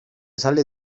sale